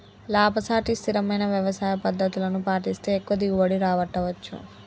లాభసాటి స్థిరమైన వ్యవసాయ పద్దతులను పాటిస్తే ఎక్కువ దిగుబడి రాబట్టవచ్చు